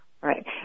right